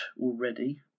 already